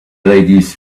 ladies